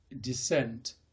Descent